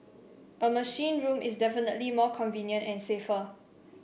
a machine room is definitely more convenient and safer